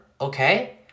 Okay